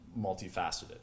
multifaceted